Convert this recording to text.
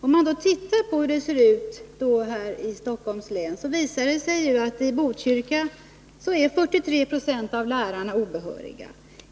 Om man tittar på hur det ser ut i Stockholms län, visar det sig att i Botkyrka 43 90 av lärarna är obehöriga.